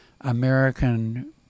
American